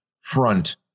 front